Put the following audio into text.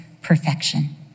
perfection